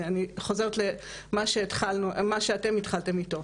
אני חוזרת למה שאתם התחלתם איתו.